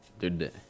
Dude